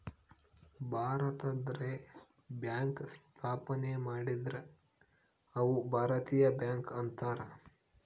ಭಾರತದವ್ರೆ bank ಸ್ಥಾಪನೆ ಮಾಡಿದ್ರ ಅವು ಭಾರತೀಯ ಬ್ಯಾಂಕ್ ಅಂತಾರ